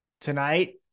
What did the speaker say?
Tonight